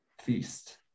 feast